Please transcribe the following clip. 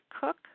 cook